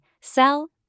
sell